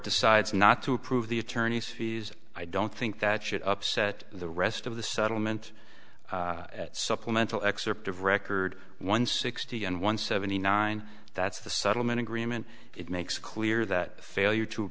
decides not to approve the attorneys fees i don't think that should upset the rest of the settlement supplemental excerpt of record one sixty and one seventy nine that's the settlement agreement it makes clear that failure to